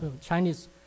Chinese